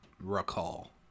recall